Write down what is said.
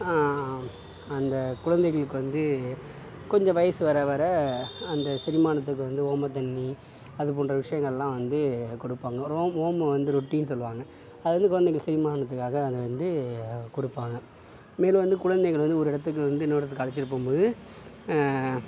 அந்த குழந்தைகளுக்கு வந்து கொஞ்சம் வயது வர வர அந்த செரிமானத்துக்கு வந்து ஓமத்தண்ணி அது போன்ற விஷயங்கள்லாம் வந்து கொடுப்பாங்க ஓமம் ஓமம் வந்து ரொட்டின்னு சொல்லுவாங்க அது வந்து குழந்தைங்கள் செரிமானத்துக்காக அது வந்து கொடுப்பாங்க மேலும் வந்து குழந்தைகள் வந்து ஒரு இடத்துக்கு வந்து இன்னொரு இடத்துக்கு அழைச்சிட்டு போகும்போது